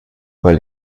weil